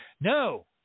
no